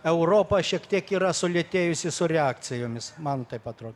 europa šiek tiek yra sulėtėjusi su reakcijomis man taip atro